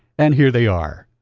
and here they are.